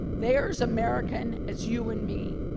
they are as american as you and me,